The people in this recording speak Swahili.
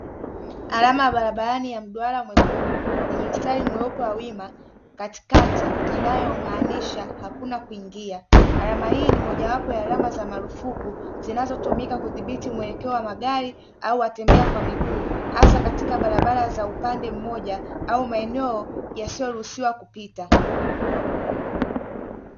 Alama ya barabarani ya mduara mwekundu yenye mstari mweupe wa wima katikati, inayomaanisha hakuna kuingia. Alama hii ni mojawapo ya alama za marufuku zinazotumika kudhibiti mwelekeo wa magari au watembea kwa miguu, hasa katika barabara za upande mmoja au maeneo yasiyoruhisiwa kupita.